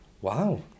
Wow